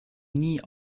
nie